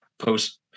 post